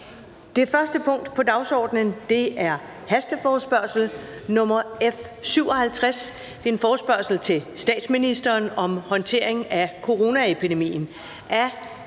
Det første punkt på dagsordenen er: 1) Forespørgsel nr. F 57: Forespørgsel til statsministeren om håndtering af coronapandemien.